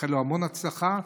נאחל לו המון הצלחה,